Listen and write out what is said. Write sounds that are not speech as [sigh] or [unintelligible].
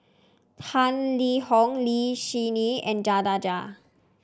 Tang Liang Hong Lee Yi Shyan and [unintelligible]